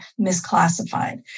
misclassified